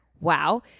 Wow